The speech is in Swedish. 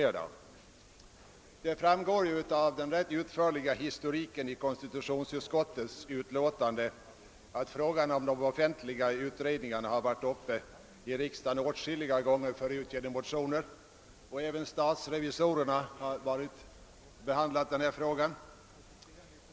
Av den ganska utförliga historiken i konstitutionsutskottets utlåtande framgår att frågan om de offentliga utredningarna åtskilliga gånger har varit uppe i riksdagen med anledning av motioner. Även statsrevisorerna har behandlat frågan.